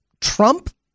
Trump